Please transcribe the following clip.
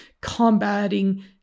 combating